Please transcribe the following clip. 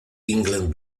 england